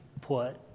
put